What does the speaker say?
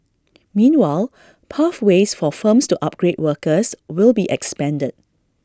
meanwhile pathways for firms to upgrade workers will be expanded